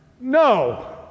no